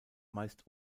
meist